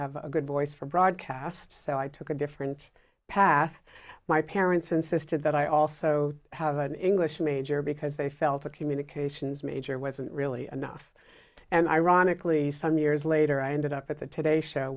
have a good voice for broadcast so i took a different path my parents insisted that i also have an english major because they felt a communications major wasn't really enough and ironically some years later i ended up at the today show